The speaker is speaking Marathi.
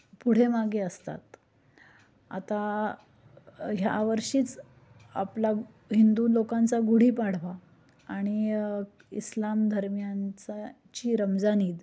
पुढे मागे असतात आता ह्या वर्षीच आपला हिंदू लोकांचा गुढी पाढवा आणि इस्लाम धर्मियांचा ची रमजान ईद